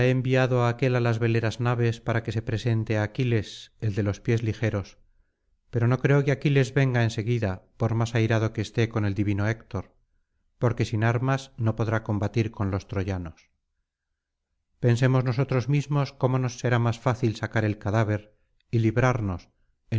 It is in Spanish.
enviado á aquel á las veleras naves para que se presente á aquiles el de los pies ligeros pero no creo que aquiles venga en seguida por más airado que esté con el divino héctor porque sin armas no podrá combatir con los troyanos pensemos nosotros mismos cómo nos será más fácil sacar el cadáver y librarnos